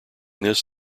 this